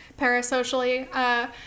parasocially